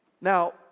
Now